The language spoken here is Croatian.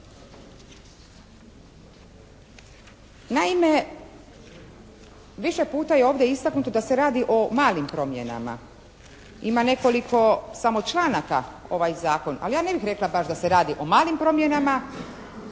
Naime više puta je ovdje istaknuto da se radi o malim promjenama. Ima nekoliko samo članaka ovaj zakon. Ali ja ne bih rekla baš da se radi o malim promjenama